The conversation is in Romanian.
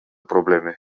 probleme